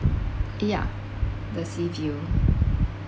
yeah the sea view